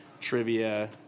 trivia